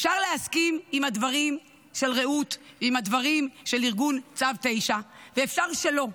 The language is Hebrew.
אפשר להסכים עם הדברים של רעות ועם הדברים של ארגון צו 9 ואפשר שלא,